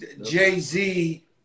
jay-z